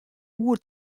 oer